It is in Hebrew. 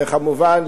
וכמובן,